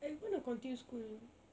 I'm going to continue school